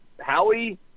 Howie